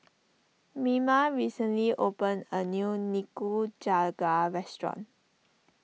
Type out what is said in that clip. Mima recently opened a new Nikujaga restaurant